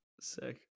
Sick